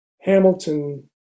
hamilton